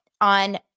on